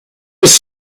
was